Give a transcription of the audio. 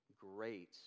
great